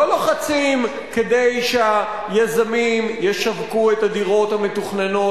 לא לוחצים כדי שהיזמים ישווקו את הדירות המתוכננות,